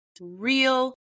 real